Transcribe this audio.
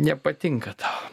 nepatinka tau